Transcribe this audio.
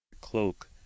cloak